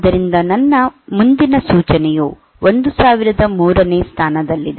ಆದ್ದರಿಂದ ನನ್ನ ಮುಂದಿನ ಸೂಚನೆಯು 1003 ನೇ ಸ್ಥಾನದಲ್ಲಿದೆ